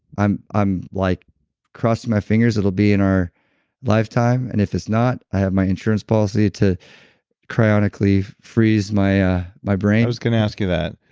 i'm i'm like crossing my fingers it'll be in our lifetime. and if it's not, i have my insurance policy to cryonically freeze my my brain i was going to ask you that.